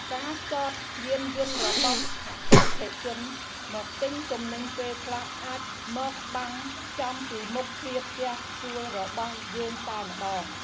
ការចតយានយន្តរបស់អតិថិជនមកទិញទំនិញពេលខ្លះអាចមកបាំងចំពីមុខទ្វារផ្ទះជួលរបស់យើងតែម្តង។